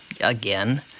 again